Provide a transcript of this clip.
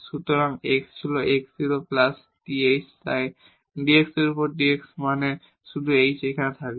সুতরাং x ছিল x 0 plus th তাই dx এর উপর dx মানে শুধু h এখানে থাকবে